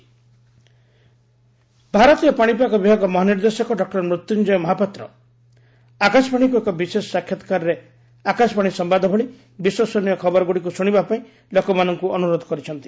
Amphan cyclone ଭାରତୀୟ ପାଶିପାଗ ବିଭାଗ ମହାନିର୍ଦ୍ଦେଶକ ଡକ୍କର ମୃତ୍ୟୁଞ୍ଜୟ ମହାପାତ୍ର ଆକାଶବାଣୀକୁ ଏକ ବିଶେଷ ସାକ୍ଷାତକାରରେ ଆକାଶବାଣୀ ସମ୍ଭାଦ ଭଳି ବିଶ୍ୱସନୀୟ ଖବରଗୁଡ଼ିକୁ ଶୁଣିବା ପାଇଁ ଲୋକମାନଙ୍କୁ ଅନୁରୋଧ କରିଛନ୍ତି